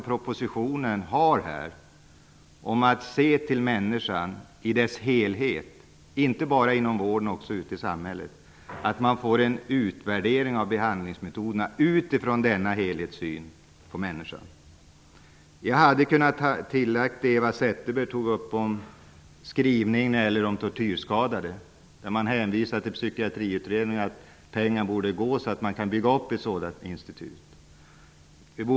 Propositionens ansats här är att man skall se till människan i dess helhet inte bara inom vården utan också ute i samhället och att man får en utvärdering av behandlingsmetoderna utifrån nämnda helhetssyn på människan. Jag hade kunnat lägga till det som Eva Zetterberg sade om skrivningen om tortyrskadade. Där hänvisar man till Psykiatriutredningen. Pengar borde alltså anslås till detta, så att ett institut kan byggas upp.